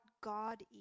God